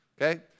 okay